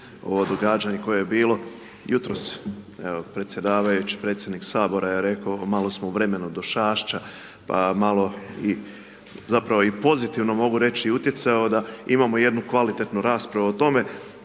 ovo događanje koje je bilo jutros, evo predsjedavajući predsjednik sabora je reko malo smo u vremenu Došašća pa malo i zapravo i pozitivno mogu reći utjecao da imamo jednu kvalitetnu raspravu o tome,